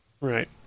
right